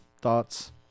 thoughts